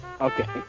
Okay